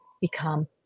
become